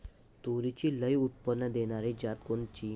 तूरीची लई उत्पन्न देणारी जात कोनची?